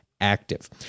active